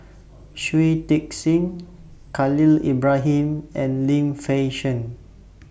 Shui Tit Sing Khalil Ibrahim and Lim Fei Shen